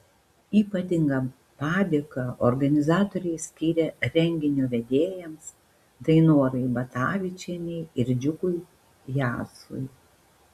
ypatingą padėką organizatoriai skiria renginio vedėjams dainorai batavičienei ir džiugui jasui